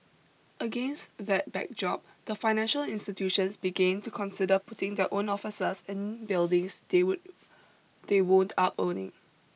against that backdrop the financial institutions began to consider putting their own offices in buildings they would they would up owning